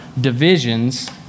divisions